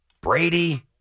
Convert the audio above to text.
Brady